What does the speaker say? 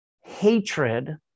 hatred